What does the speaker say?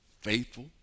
faithful